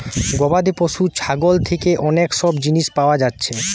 গবাদি পশু ছাগল থিকে অনেক সব জিনিস পায়া যাচ্ছে